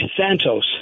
Santos